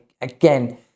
again